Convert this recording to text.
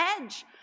edge